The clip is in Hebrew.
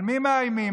על מי מאיימים?